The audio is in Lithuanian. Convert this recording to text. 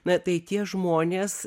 na tai tie žmonės